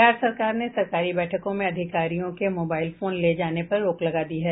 बिहार सरकार ने सरकारी बैठकों में अधिकारियों के मोबाइल फोन ले जाने पर रोक लगा दी है